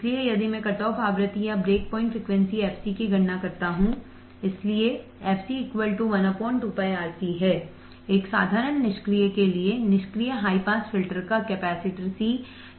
इसलिए यदि मैं कटऑफ आवृत्ति या ब्रेक प्वाइंट फ्रीक्वेंसी fc की गणना करता हूं इसलिए fc 1 2 πRC एक साधारण निष्क्रिय के लिए निष्क्रिय हाई पास फिल्टर का कैपेसिटर C 1µF